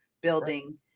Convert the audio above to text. building